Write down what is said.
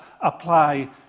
apply